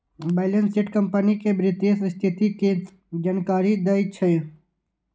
balance sheet company के वित्तीय स्थिति के जानकारी दै छै